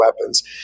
weapons